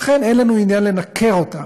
לכן, אין לנו עניין לנכר אותם.